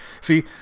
See